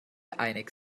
einig